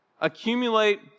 Accumulate